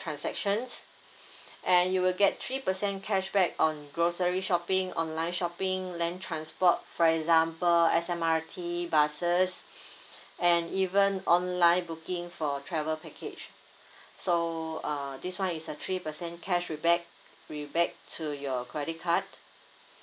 transactions and you will get three percent cashback on grocery shopping online shopping land transport for example S_M_R_T buses and even online booking for a travel package so uh this one is a three percent cash rebate rebate to your credit card